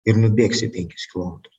ir nubėgsi penkis kilometrus